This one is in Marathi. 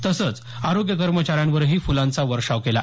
तसंच आरोग्य कर्मचाऱ्यांवरही फुलांचा वर्षाव केला